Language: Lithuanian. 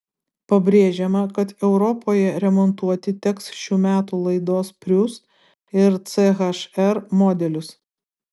pabrėžiama kad europoje remontuoti teks šių metų laidos prius ir ch r modelius